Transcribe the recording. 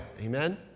amen